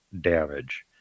damage